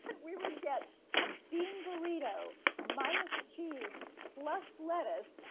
and we would get a bean burrito minus cheese plus lettuce.